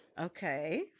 Okay